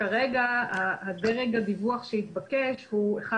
כרגע הדרג שהתבקש לדווח הוא אחד